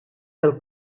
del